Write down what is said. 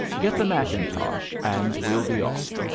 get the mackintosh, and we'll be off.